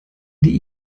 die